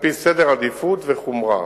על-פי סדר עדיפות וחומרה.